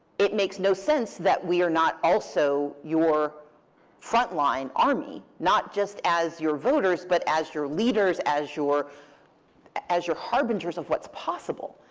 it makes no sense that we are not also your front line army. not just as your voters, but as your leaders, as your as your harbingers of what's possible.